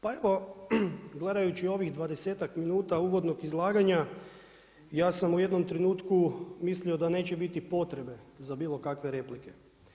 Pa evo, gledajući ovih dvadesetak minuta uvodnog izlaganja ja sam u jednom trenutku mislio da neće biti potrebe za bilo kakve replike.